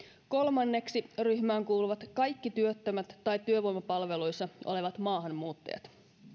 kolmanneksi ryhmään kuuluvat kaikki työttömät tai työvoimapalveluissa olevat maahanmuuttajat